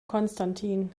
konstantin